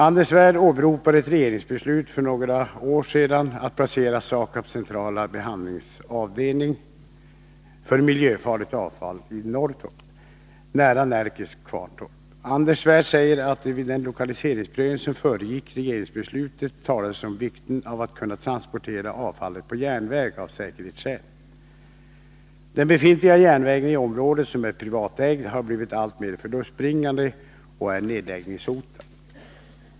Anders Svärd åberopar ett regeringsbeslut för några år sedan att placera SAKAB:s centrala behandlingsavdelning för miljöfarligt avfall i Norrtorp, nära Närkes Kvarntorp. Anders Svärd säger att det vid den lokaliseringsprövning som föregick regeringsbeslutet talades om vikten av att kunna transportera avfallet på järnväg, av säkerhetsskäl. Den befintliga järnvägen i området, som är privatägd, har blivit alltmer förlustbringande och är nedläggningshotad.